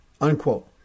unquote